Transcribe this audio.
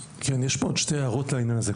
עוד שתי הערות לעניין הזה.